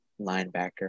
linebacker